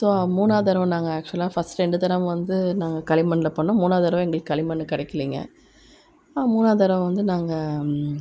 so மூணாவது தடவை நாங்கள் ஆக்ச்சுவலாக ஃபஸ்ட் ரெண்டு தடவை வந்து நாங்கள் களிமண்ணில் பண்ணோம் மூணாவது தடவை எங்களுக்கு களிமண் கிடைக்கிலிங்க நான் மூணாவது தடவை வந்து நாங்கள்